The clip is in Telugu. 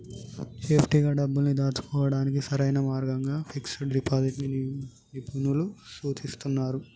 సేఫ్టీగా డబ్బుల్ని దాచుకోడానికి సరైన మార్గంగా ఫిక్స్డ్ డిపాజిట్ ని నిపుణులు సూచిస్తున్నరు